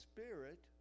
Spirit